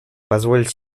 позволить